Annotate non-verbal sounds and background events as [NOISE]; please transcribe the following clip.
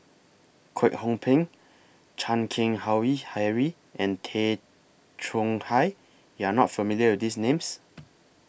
Kwek Hong Png Chan Keng Howe [UNINTELLIGIBLE] Harry and Tay Chong Hai YOU Are not familiar with These Names